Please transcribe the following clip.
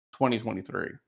2023